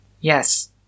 Yes